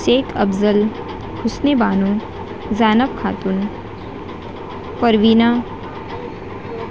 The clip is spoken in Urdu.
شیخ افضل حسنی بانو زینب خاتون پروینہ